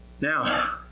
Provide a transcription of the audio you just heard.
Now